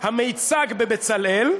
המיצג ב"בצלאל"